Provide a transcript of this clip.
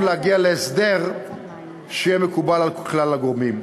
להגיע להסדר שיהיה מקובל על כלל הגורמים.